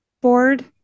board